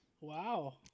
Wow